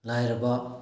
ꯂꯥꯏꯔꯕ